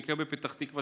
מקרה בפתח תקווה,